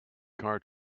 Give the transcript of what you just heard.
car